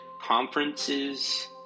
conferences